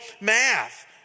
math